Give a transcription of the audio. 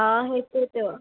অঁ সেইটোৱেটো